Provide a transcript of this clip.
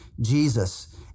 Jesus